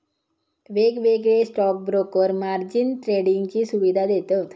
वेगवेगळे stock broker margin ट्रेडिंगची सुवीधा देतत